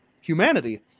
humanity